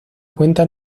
cuenta